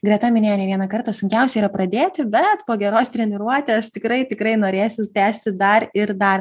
greta minėjo ne vieną kartą sunkiausia yra pradėti bet po geros treniruotės tikrai tikrai norėsis tęsti dar ir dar